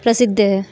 प्रसिद्ध है